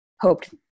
hoped